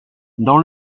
dans